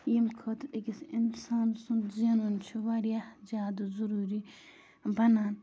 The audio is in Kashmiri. ییٚمہِ خٲطرٕ أکِس اِنسان سُنٛد زینُن چھُ واریاہ زیادٕ ضروٗری بَنان